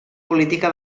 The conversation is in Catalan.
política